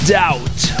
doubt